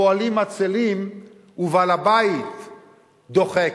הפועלים עצלים ובעל-הבית דוחק.